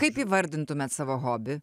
kaip įvardintumėt savo hobį